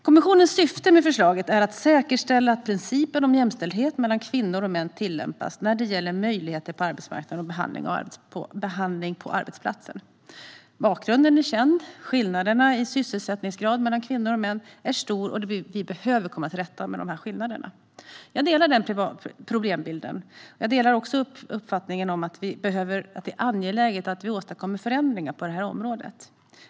Kommissionens syfte med förslaget är att säkerställa att principen om jämställdhet mellan kvinnor och män tillämpas när det gäller möjligheter på arbetsmarknaden och behandling på arbetsplatsen. Bakgrunden är känd. Skillnaderna i sysselsättningsgrad mellan kvinnor och män är stora, och vi behöver komma till rätta med skillnaderna. Jag instämmer i problembilden, och jag delar uppfattningen att det är angeläget att vi åstadkommer förändringar på området.